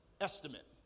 estimate